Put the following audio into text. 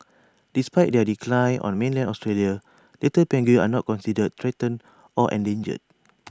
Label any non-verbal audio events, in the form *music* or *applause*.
despite their decline on mainland Australia little penguins are not considered threatened or endangered *noise*